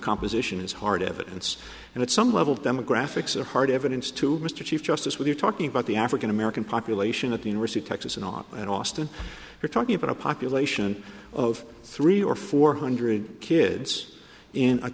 composition is hard evidence and at some level demographics are hard evidence to mr chief justice we're talking about the african american population at the university of texas and at austin you're talking about a population of three or four hundred kids in a